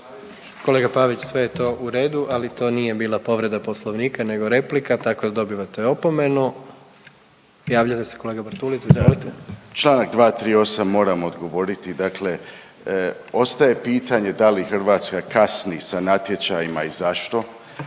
Kolega Pavić sve je to u redu, ali to nije bila povreda Poslovnika nego replika tako da dobivate opomenu. Javljate se kolega Bartulica, izvolite. **Bartulica, Stephen Nikola (DP)** Članak 238. moram odgovoriti, dakle ostaje pitanje da li Hrvatska kasni sa natječajima i zašto.